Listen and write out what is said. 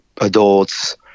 adults